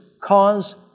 cause